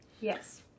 Yes